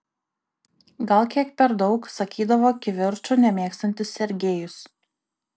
gal kiek per daug sakydavo kivirčų nemėgstantis sergejus